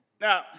Now